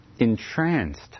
entranced